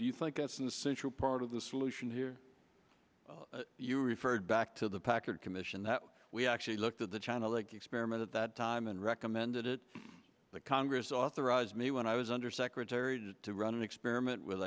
do you think that's an essential part of the solution here you referred back to the packard commission that we actually looked at the china like experiment at that time and recommended it to the congress authorized me when i was undersecretary to run an experiment with